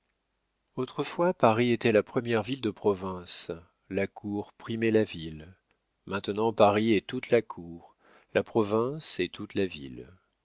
autrefois paris était la première ville de province la cour primait la ville maintenant paris est toute la cour la province est toute la ville